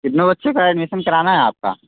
कितने बच्चों का एडमिशन कराना है आपका